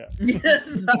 Yes